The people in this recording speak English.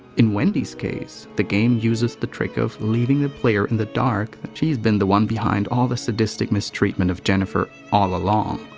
in wendy's case the game uses the trick of leaving the players in the dark that she's been the one behind all the sadistic mistreatment of jennifer, all along.